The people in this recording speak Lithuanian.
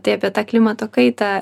tai apie tą klimato kaitą